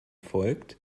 folgt